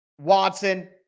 Watson